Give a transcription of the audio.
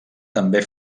també